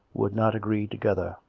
would not agree together